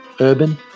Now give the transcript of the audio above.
urban